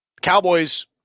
Cowboys